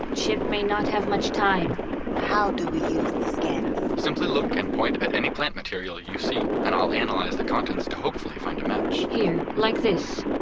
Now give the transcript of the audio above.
chip may not have much time how do we use the scanners? simply look and point at any plant material you see and i'll analyze the contents to hopefully find a match here, like this